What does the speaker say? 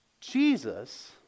Jesus